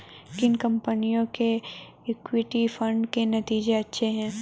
किन कंपनियों के इक्विटी फंड के नतीजे अच्छे हैं?